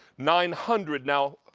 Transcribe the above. nine hundred now